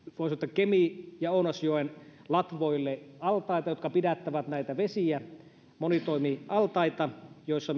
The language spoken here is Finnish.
kemi ja ounasjoen latvoille altaita jotka pidättävät näitä vesiä monitoimialtaita joissa